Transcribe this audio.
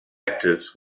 actors